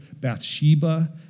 Bathsheba